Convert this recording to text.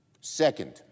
Second